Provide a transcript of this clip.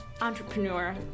entrepreneur